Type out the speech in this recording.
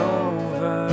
over